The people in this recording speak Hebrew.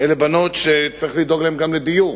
אלה בנות שצריך לדאוג להן גם לדיור.